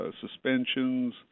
suspensions